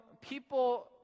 people